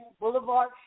Boulevard